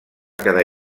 quedar